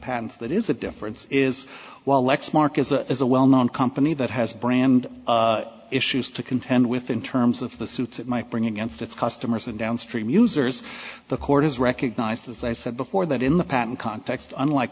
patents that is a difference is while lexmark is a is a well known company that has brand issues to contend with in terms of the suits it might bring against its customers and downstream users the court has recognized as i said before that in the patent context unlike